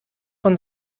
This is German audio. von